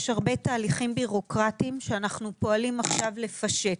יש הרבה תהליכים בירוקרטיים שאנחנו פועלים עכשיו לפשט.